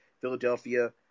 Philadelphia